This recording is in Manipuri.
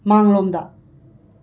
ꯃꯥꯡꯂꯣꯝꯗ